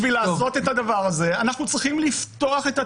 בשביל לעשות את הדבר הזה אנחנו צריכים לפתוח את התיקים.